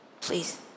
please